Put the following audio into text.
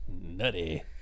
Nutty